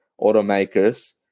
automakers